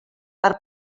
per